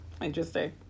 Interesting